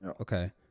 Okay